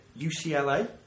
UCLA